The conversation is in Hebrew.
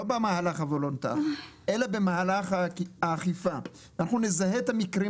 במהלך הוולונטרי אלא במהלך האכיפה ונזהה את המקרים